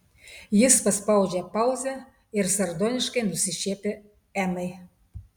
jis paspaudžia pauzę ir sardoniškai nusišiepia emai